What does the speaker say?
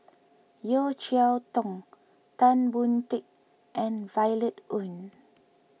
Yeo Cheow Tong Tan Boon Teik and Violet Oon